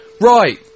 Right